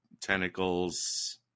tentacles